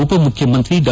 ಉಪಮುಖ್ಯಮಂತ್ರಿ ಡಾ